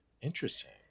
Interesting